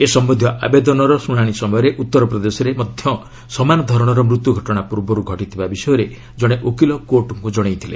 ଏ ସମ୍ୟନ୍ଧୀୟ ଆବେଦନର ଶୁଣାଶି ସମୟରେ ଉତ୍ତର ପ୍ରଦେଶରେ ମଧ୍ୟ ସମାନ ଧରଣର ମୃତ୍ୟୁ ଘଟଣା ପୂର୍ବରୁ ଘଟିଥିବା ବିଷୟରେ ଜଣେ ଓକିଲ କୋର୍ଟଙ୍କୁ ଜଣାଇଥିଲେ